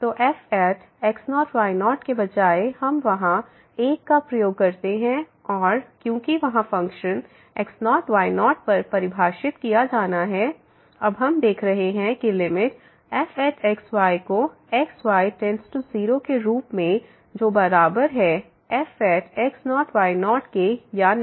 तो fx0 y0 के बजाय हम वहाँ 1 का प्रयोग करते हैं और क्योंकि वहां फ़ंक्शन x0 y0 पर परिभाषित किया जाना है अब हम देख रहे हैं कि लिमिट fx y को x y→0के रूप में जो बराबर है fx0 y0 के या नहीं